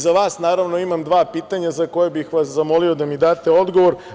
Za vas imam dva pitanja za koja bih vas zamolio da mi date odgovor.